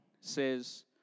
says